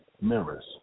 mirrors